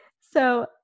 So-